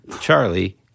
Charlie